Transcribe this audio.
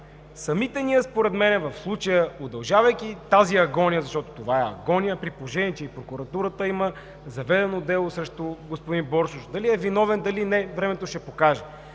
Самите ние в случая, удължавайки тази агония, защото това е агония, при положение че и в прокуратурата има заведено дело срещу господин Боршош – дали е виновен, или не е, времето ще покаже,